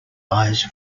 eyes